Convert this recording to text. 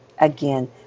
Again